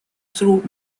through